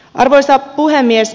arvoisa puhemies